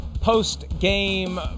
post-game